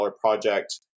project